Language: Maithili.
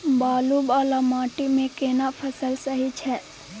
बालू वाला माटी मे केना फसल सही छै?